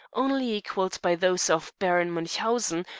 only equalled by those of baron munchausen,